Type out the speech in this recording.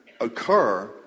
occur